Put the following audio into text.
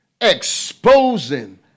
exposing